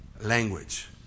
language